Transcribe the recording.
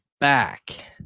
back